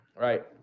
right